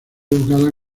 educada